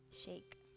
shake